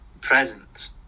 present